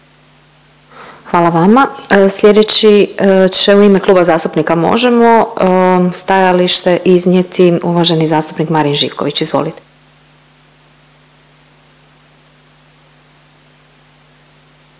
Hvala vama. Sljedeći će u ime Kluba zastupnika Možemo stajalište iznijeti uvaženi zastupnik Marin Živković. Izvolite.